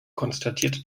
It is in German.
konstatierte